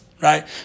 Right